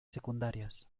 secundarias